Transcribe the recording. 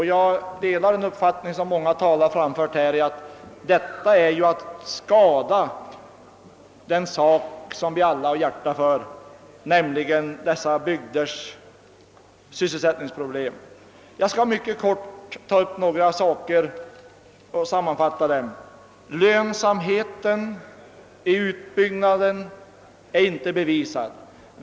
Jag delar den uppfattning som många talare här framfört, att detta yrkande är till skada för den sak som vi alla har hjärta för, nämligen dessa bygders sysselsättningsproblem. Jag skall mycket kort ta upp några punkter och sammanfatta dem. Lönsamheten i utbyggnaden är inte bevisad.